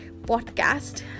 podcast